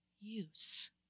use